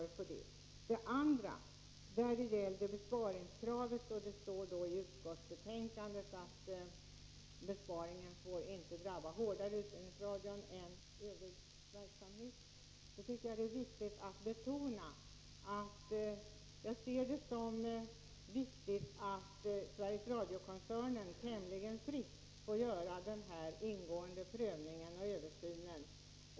När det gäller besparingskravet står det i utskottsbetänkandet att besparingarna inte får drabba utbildningsradion hårdare än andra verksamheter. Jag vill betona att jag anser det viktigt att Sveriges Radio-koncernen tämligen fritt får göra denna ingående prövning och översyn.